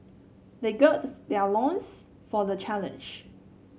they gird their loins for the challenge